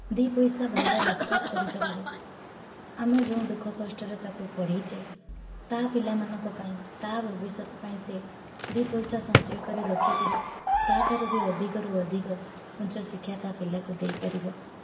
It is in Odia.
ଦୁଇ ପଇସା ଭଲ ରୋଜଗାର କରିପାରିବ ଆମେ ଯେଉଁ ଦୁଃଖ କଷ୍ଟରେ ତାକୁ ପଢ଼ିଛେ ତା ପିଲାମାନଙ୍କ ପାଇଁ ତା ଭବିଷ୍ୟତ ପାଇଁ ସେ ଦୁଇ ପଇସା ସଞ୍ଚୟ କରି ରଖିକରି ତା ଠାରୁ ବି ଅଧିକରୁ ଅଧିକ ଉଚ୍ଚ ଶିକ୍ଷା ତା ପିଲାକୁ ଦେଇପାରିବ